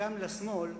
גם לשמאל,